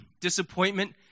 disappointment